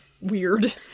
weird